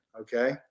Okay